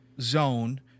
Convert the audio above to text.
zone